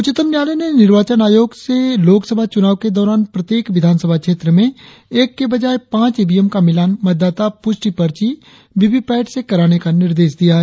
उच्चतम न्यायालय ने निर्वाचन आयोग से लोकसभा चुनाव के दौरान प्रत्येक विधानसभा क्षेत्र में एक की बजाय पांच ईवीएम का मिलान मतदाता पुष्टि पर्ची वीवीपैट से कराने का निर्देश दिया है